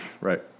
Right